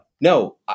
No